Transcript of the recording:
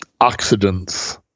oxidants